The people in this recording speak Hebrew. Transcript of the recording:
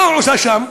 מה הוא עשה שם?